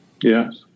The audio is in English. Yes